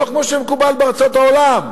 לא כמו שמקובל בארצות העולם,